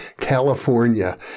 California